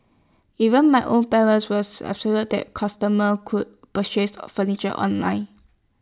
even my own parents were that customers could purchase A furniture online